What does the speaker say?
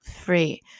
free